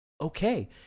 Okay